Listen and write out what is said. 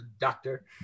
doctor